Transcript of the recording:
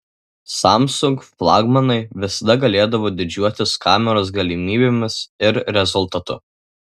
samsung flagmanai visada galėdavo didžiuotis kameros galimybėmis ir rezultatu